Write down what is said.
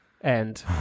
and-